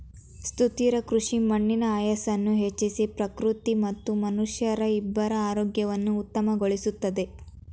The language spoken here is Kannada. ಸುಸ್ಥಿರ ಕೃಷಿ ಮಣ್ಣಿನ ಆಯಸ್ಸನ್ನು ಹೆಚ್ಚಿಸಿ ಪ್ರಕೃತಿ ಮತ್ತು ಮನುಷ್ಯರ ಇಬ್ಬರ ಆರೋಗ್ಯವನ್ನು ಉತ್ತಮಗೊಳಿಸುತ್ತದೆ